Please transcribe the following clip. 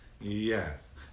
Yes